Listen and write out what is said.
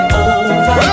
over